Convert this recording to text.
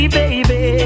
baby